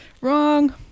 Wrong